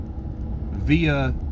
via